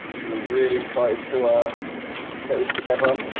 we were really excited to get this together